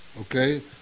okay